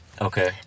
Okay